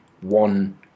one